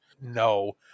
no